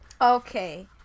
Okay